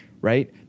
right